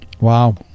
Wow